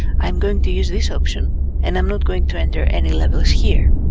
i'm going to use this option and i'm not going to enter any levels here.